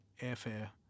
airfare